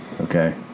okay